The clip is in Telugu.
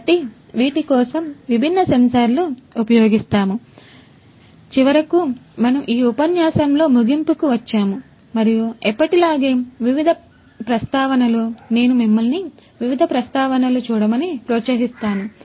కాబట్టి వీటికోసం విభిన్న సెన్సార్లను ఉపయోగిస్తాము చివరకు మనము ఈ ఉపన్యాసంలో ముగింపుకు వచ్చాము మరియు ఎప్పటిలాగే ఇవి వివిధ ప్రస్తావనలు చూడమని ప్రోత్సహిస్తాను